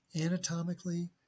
anatomically